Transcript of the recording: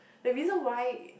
the reason why